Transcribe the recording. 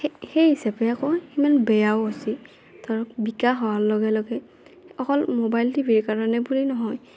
সেই সেই হিচাপে আকৌ সিমান বেয়াও হৈছি ধৰক বিকাশ হোৱাৰ লগে লগে অকল ম'বাইল টিভিৰ কাৰণে বুলি নহয়